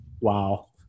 Wow